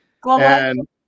Global